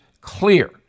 clear